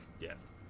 Yes